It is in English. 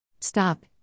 Stop